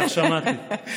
כך שמעתי.